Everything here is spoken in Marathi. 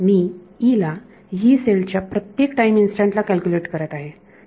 मी E ला यी सेल च्या प्रत्येक टाईम इन्स्टंट ला कॅल्क्युलेट करत आहे